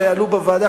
שעלו בוועדה,